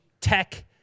tech